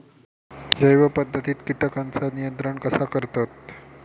जैव पध्दतीत किटकांचा नियंत्रण कसा करतत?